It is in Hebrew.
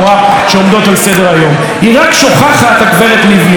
היא רק שוכחת, הגברת לבני, יושבת-ראש האופוזיציה,